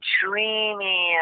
dreamy